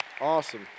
Awesome